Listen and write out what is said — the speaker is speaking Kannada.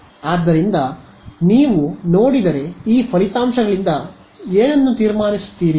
ಆದ್ದರಿಂದ ನೀವು ನೋಡಿದರೆ ಈ ಫಲಿತಾಂಶಗಳಿಂದ ನೀವು ಏನು ತೀರ್ಮಾನಿಸುತ್ತೀರಿ